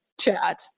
chat